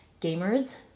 gamers